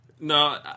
No